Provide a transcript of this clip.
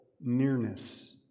nearness